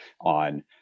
on